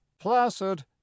placid